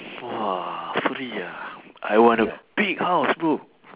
!wah! free ah I want a big house bro